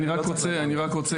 אני רוצה